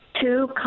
Two